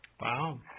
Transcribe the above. Wow